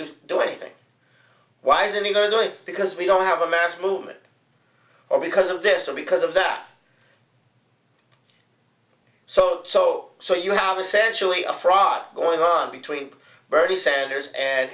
do anything why isn't either going because we don't have a mass movement or because of this or because of that so so so you have essentially a fraud going on between bernie sanders and